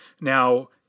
Now